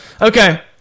Okay